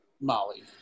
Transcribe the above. Molly